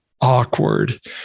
awkward